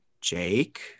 Jake